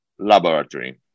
Laboratory